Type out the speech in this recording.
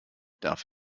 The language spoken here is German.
darf